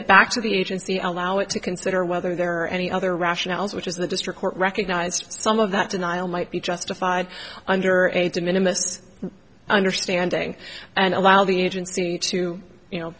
get back to the agency allow it to consider whether there are any other rationales which is the district court recognized some of that denial might be justified under ada minimalists understanding and allow the agency to you know